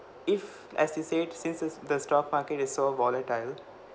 if as you said since the stock market is so volatile